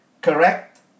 Correct